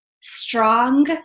strong